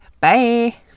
Bye